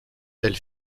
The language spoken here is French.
elles